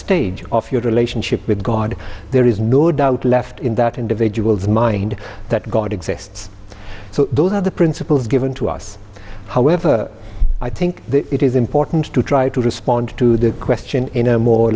stage of your relationship with god there is no doubt left in that individual's mind that god exists so those are the principles given to us however i think it is important to try to respond to the question in a more